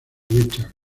richards